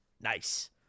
Nice